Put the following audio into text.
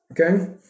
Okay